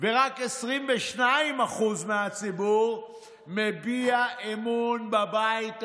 ורק 22% מהציבור מביע אמון בבית הזה.